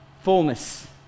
fullness